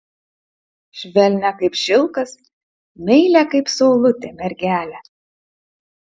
švelnią kaip šilkas meilią kaip saulutė mergelę